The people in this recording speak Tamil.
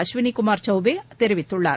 அஸ்வினிகுமார் சௌபே தெரிவித்துள்ளார்